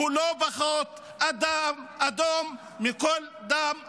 הוא לא פחות אדום מכל דם אחר.